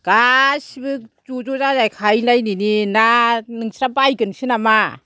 गासिबो ज' ज' जाजाय खाहैलायदिनि ना नोंस्रा बायगोनसो नामा